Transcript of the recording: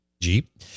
Jeep